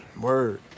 Word